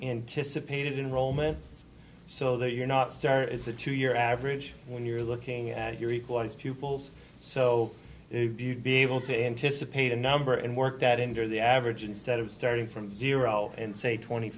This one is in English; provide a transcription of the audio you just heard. anticipated rollman so that you're not star it's a two year average when you're looking at your equalize pupils so be able to anticipate a number and work at endor the average instead of starting from zero and say twenty